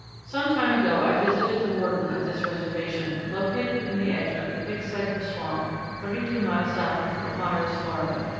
some time ago i visited the warden of this reservation, located in the edge of the big cypress swamp thirty-two miles south of ft. myers, florida.